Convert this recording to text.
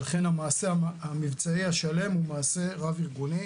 ולכן המעשה המבצעי השלם הוא מעשה רב-ארגוני,